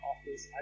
office